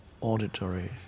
auditory